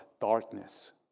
darkness